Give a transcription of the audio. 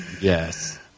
Yes